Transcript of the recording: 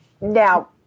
now